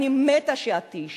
אני מתה שאת תהיי שם,